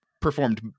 performed